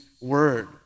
word